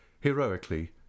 heroically